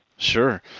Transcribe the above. Sure